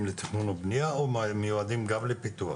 לתכנון ולבניה או הם מיועדים גם לפיתוח?,